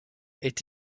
est